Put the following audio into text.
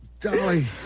Dolly